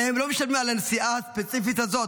הרי הם לא משלמים על הנסיעה הספציפית הזאת.